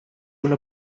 una